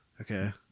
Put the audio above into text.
Okay